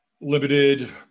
limited